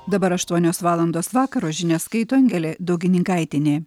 dabar aštuonios valandos vakaro žinias skaito angelė daugininkaitienė